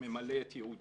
ממלא את ייעודו.